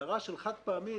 ההגדרה של חד פעמית,